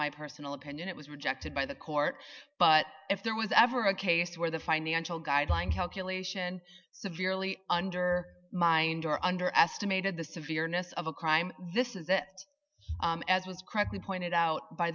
my personal opinion it was rejected by the court but if there was ever a case where the financial guideline calculation severely under mind or under estimated the severeness of a crime this is that as was credibly pointed out by